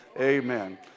amen